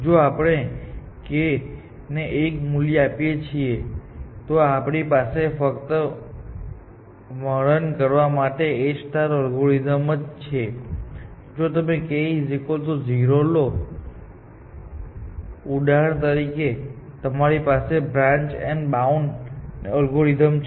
જો આપણે k ને 1 મૂલ્ય આપીએ તો અમારી પાસે ફક્ત વર્ણન કરવા માટે A એલ્ગોરિધમ છે જો તમે k 0 લો છો ઉદાહરણ તરીકે તો તમારી પાસે બ્રાન્ચ એન્ડ બાઉન્ડ અલ્ગોરિધમ છે